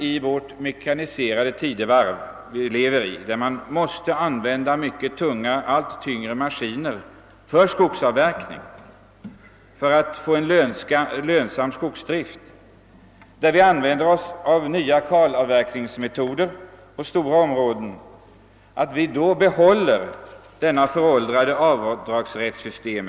I vårt mekaniserade tidevarv, där man måste använda allt tyngre maskiner för skogsavverkningen för att få en lönsam skogsdrift och där vi begagnar oss av nya kalavverkningsmetoder på stora områden, är det orimligt att behålla nuvarande föråldrade avdragsrättssystem.